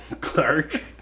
Clark